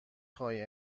خواهی